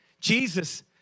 Jesus